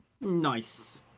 Nice